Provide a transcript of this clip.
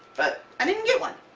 but i didn't get one.